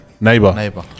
neighbor